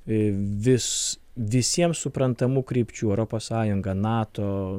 vis visiems suprantamų krypčių europos sąjunga nato